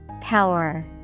Power